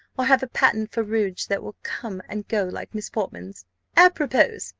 or have a patent for rouge that will come and go like miss portman's apropos!